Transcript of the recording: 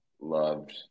loved